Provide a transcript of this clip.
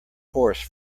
horse